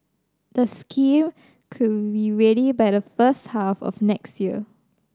the scheme could be ready by the first half of next year